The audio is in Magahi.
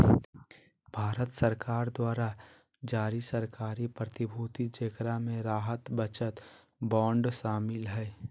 भारत सरकार द्वारा जारी सरकारी प्रतिभूति जेकरा मे राहत बचत बांड शामिल हइ